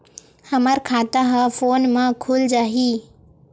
हमर खाता ह फोन मा खुल जाही?